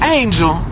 angel